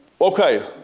Okay